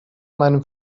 meinem